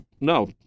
No